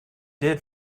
did